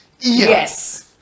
Yes